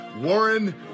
Warren